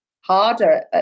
harder